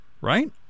right